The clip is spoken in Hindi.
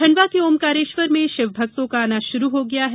खंडवा के ओंकारेश्वर में शिवभक्तों का आना शुरू हो गया है